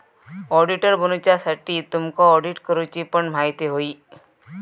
auditor बनुच्यासाठी तुमका audit करूची पण म्हायती होई